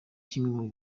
kimwe